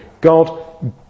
God